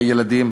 הילדים,